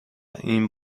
این